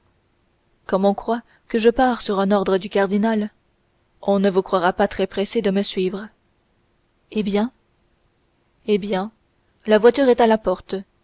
on croit que je pars sur un ordre du cardinal on ne vous croira pas très pressée de me suivre eh bien eh bien la voiture est à la porte